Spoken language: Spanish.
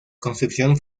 construcción